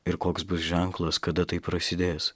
ir koks bus ženklas kada tai prasidės